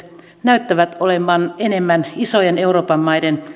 näyttävät olevan enemmän euroopan isojen maiden